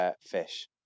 Fish